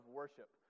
worship